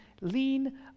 lean